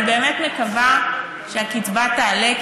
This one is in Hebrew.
אני באמת מקווה שהקצבה תעלה,